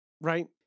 Right